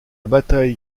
bataille